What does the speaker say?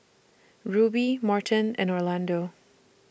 Rubie Morton and Orlando